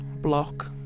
block